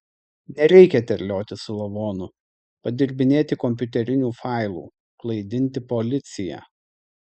nereikia terliotis su lavonu padirbinėti kompiuterinių failų klaidinti policiją